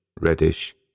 reddish